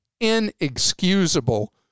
inexcusable